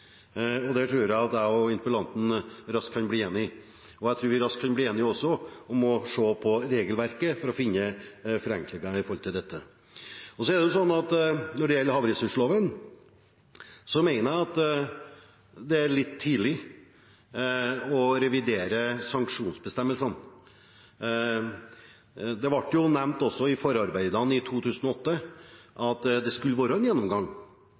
tror jeg at jeg og interpellanten raskt kan bli enige, og jeg tror vi også raskt kan bli enige om å se på regelverket for å finne forenklinger når det gjelder dette. Når det så gjelder havressursloven, mener jeg at det er litt tidlig å revidere sanksjonsbestemmelsene. Det ble også nevnt i forarbeidene, i 2008, at det skulle være en gjennomgang